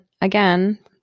again